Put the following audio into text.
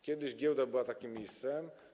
Kiedyś giełda była takim miejscem.